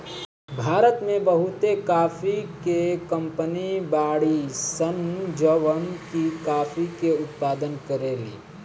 भारत में बहुते काफी के कंपनी बाड़ी सन जवन की काफी के उत्पादन करेली